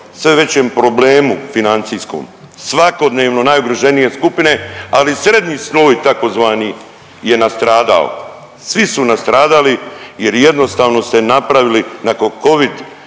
sve većem problemu financijskom, svakodnevno najugroženije skupine, ali srednji sloj tzv. je nastradao, svi su nastradali jer jednostavno ste napravili nakon covid